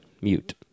Mute